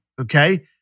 okay